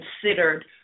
considered